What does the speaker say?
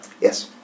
Yes